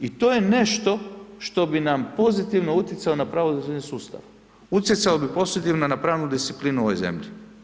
I to je nešto što bi nam pozitivno utjecalo na pravosudni sustav, utjecalo bi posebno na pravnu disciplinu u ovoj zemlji.